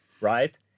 Right